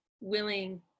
willing